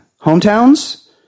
Hometowns